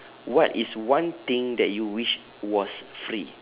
what is one thing that you wish was free